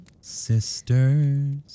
Sisters